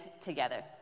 together